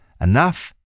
enough